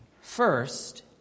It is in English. First